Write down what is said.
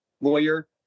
lawyer